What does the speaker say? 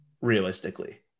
Realistically